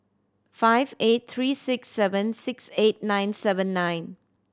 five eight three six seven six eight nine seven nine